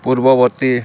ପୂର୍ବବର୍ତ୍ତୀ